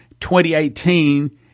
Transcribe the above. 2018